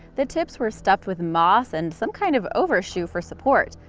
the tips were stuffed with moss and some kind of overshoe for support.